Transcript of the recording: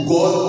God